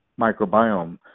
microbiome